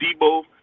Debo